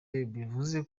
bivuze